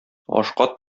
ашка